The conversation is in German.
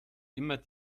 immer